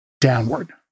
downward